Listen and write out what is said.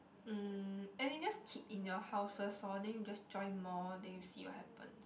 um as in just keep in your house first lor then you just join more then you see what happens